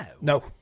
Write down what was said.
No